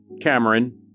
Cameron